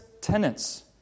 tenants